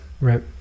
right